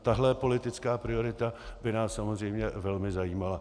Tahle politická priorita by nás samozřejmě velmi zajímala.